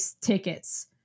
tickets